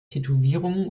tätowierungen